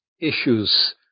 issues